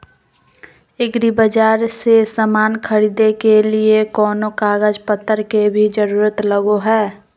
एग्रीबाजार से समान खरीदे के लिए कोनो कागज पतर के भी जरूरत लगो है?